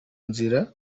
nzira